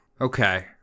okay